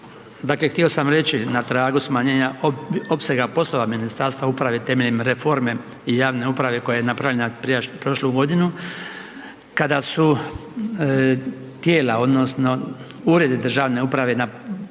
Dakle, htio sam reći na tragu smanjenja opsega poslova Ministarstva uprave temeljem reforme javne uprave koja je napravljena prošlu godinu, kada su tijela odnosno uredi državne uprave na